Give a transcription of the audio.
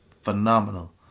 phenomenal